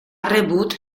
rebut